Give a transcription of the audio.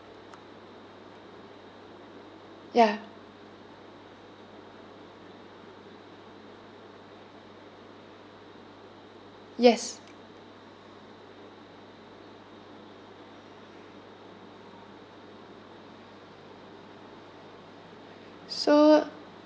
ya yes so